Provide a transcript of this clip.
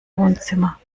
wohnzimmer